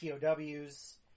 POWs